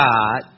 God